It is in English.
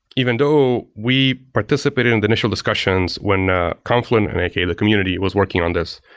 even though we participated in the initial discussions when ah confluent, and a k a the community, was working on this.